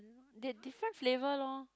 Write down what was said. di~ different flavour lor